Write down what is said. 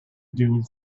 dune